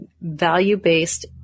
value-based